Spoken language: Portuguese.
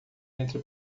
entre